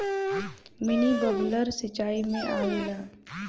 mini bubbler सिचाई में आवेला